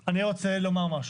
אני רוצה לומר משהו.